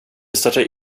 startar